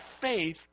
faith